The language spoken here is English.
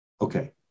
Okay